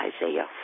Isaiah